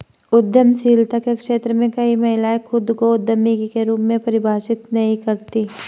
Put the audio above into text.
उद्यमशीलता के क्षेत्र में कई महिलाएं खुद को उद्यमी के रूप में परिभाषित नहीं करती